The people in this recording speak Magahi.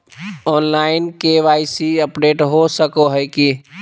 ऑनलाइन के.वाई.सी अपडेट हो सको है की?